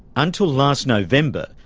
until last november,